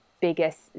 biggest